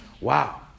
Wow